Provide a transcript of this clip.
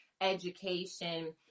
education